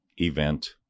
event